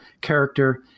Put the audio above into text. character